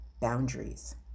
boundaries